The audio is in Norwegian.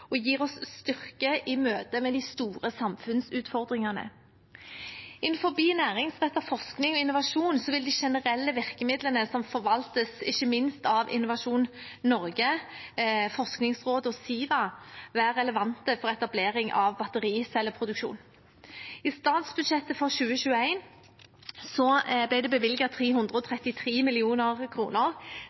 og gir oss styrke i møte med de store samfunnsutfordringene. Innenfor næringsrettet forskning og innovasjon vil de generelle virkemidlene som forvaltes, ikke minst av Innovasjon Norge, Forskningsrådet og Siva, være relevante for etablering av battericelleproduksjon. I statsbudsjettet for 2021 ble det bevilget 333